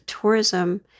tourism